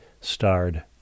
starred